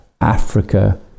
Africa